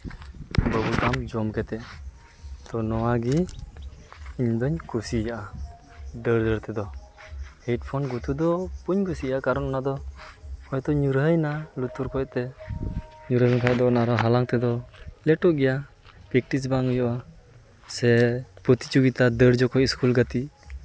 ᱵᱟᱵᱩᱞᱠᱟᱢ ᱡᱚᱢ ᱠᱟᱛᱮ ᱛᱚ ᱱᱚᱣᱟᱜᱮ ᱤᱧᱫᱚᱧ ᱠᱩᱥᱤᱭᱟᱜᱼᱟ ᱫᱟᱹᱲ ᱫᱟᱹᱲ ᱛᱮᱫᱚ ᱦᱮᱰᱯᱷᱳᱱ ᱜᱩᱛᱩ ᱫᱚ ᱵᱟᱹᱧ ᱠᱩᱥᱤᱭᱟᱜᱼᱟ ᱠᱟᱨᱚᱱ ᱦᱳᱭᱛᱚ ᱚᱱᱟ ᱫᱚ ᱞᱩᱛᱩᱨ ᱠᱚᱨᱮᱛᱮ ᱧᱩᱨᱦᱟᱹᱭᱮᱱ ᱠᱷᱟᱱ ᱫᱚ ᱚᱱᱟ ᱦᱟᱞᱟᱝ ᱛᱮᱫᱚ ᱞᱮᱴᱚᱜ ᱜᱮᱭᱟ ᱯᱮᱠᱴᱤᱥ ᱵᱟᱝ ᱦᱩᱭᱩᱜᱼᱟ ᱥᱮ ᱯᱨᱚᱛᱤᱡᱳᱜᱤᱛᱟ ᱥᱮ ᱫᱟᱹᱲ ᱡᱚᱠᱷᱚᱡ ᱥᱠᱩᱠ ᱜᱟᱛᱮ